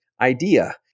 idea